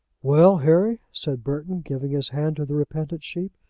well, harry? said burton, giving his hand to the repentant sheep.